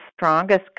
strongest